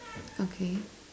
okay